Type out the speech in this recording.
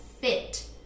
fit